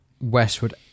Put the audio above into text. Westwood